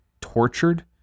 tortured